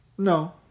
No